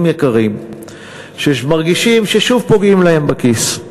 יקרים שמרגישים ששוב פוגעים להם בכיס.